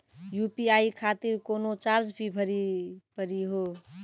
UPI खातिर कोनो charge भी भरी पड़ी हो?